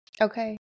Okay